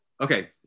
okay